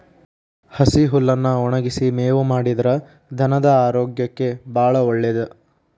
ಹಸಿ ಹುಲ್ಲನ್ನಾ ಒಣಗಿಸಿ ಮೇವು ಮಾಡಿದ್ರ ಧನದ ಆರೋಗ್ಯಕ್ಕೆ ಬಾಳ ಒಳ್ಳೇದ